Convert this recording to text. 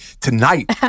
tonight